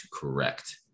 correct